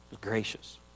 gracious